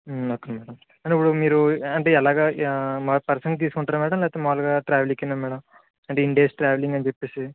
okay madam అంటే మీరు అంటే ఎలాగా పర్సన్కి తీసుకుంటారా మ్యాడమ్ లేకపోతే మాములుగా ట్రావెలింగ్కా మ్యాడమ్ అంటే ఇన్ని డేస్ ట్రావెలింగ్ అని చెప్పేసి